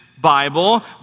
Bible